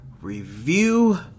Review